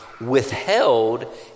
withheld